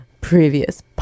previous